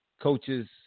coaches